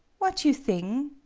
what you thing?